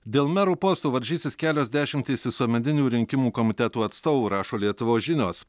dėl merų postų varžysis kelios dešimtys visuomeninių rinkimų komitetų atstovų rašo lietuvos žinios